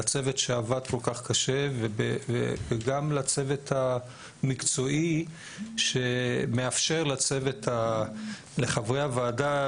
לצוות שעבד כל כך קשה וגם לצוות המקצועי שמאפשר לחברי הוועדה